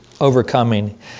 overcoming